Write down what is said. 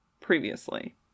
previously